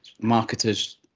marketers